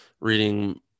reading